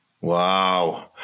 Wow